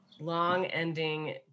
long-ending